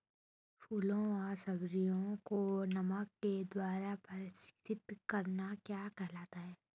फलों व सब्जियों को नमक के द्वारा परीक्षित करना क्या कहलाता है?